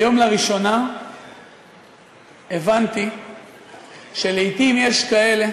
היום לראשונה הבנתי שלעתים יש כאלה